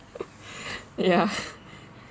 ya